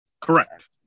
Correct